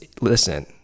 Listen